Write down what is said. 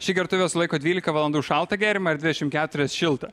ši gertuvė sulaiko dvylika valandų šaltą gėrimą ir dvidešim keturias šiltą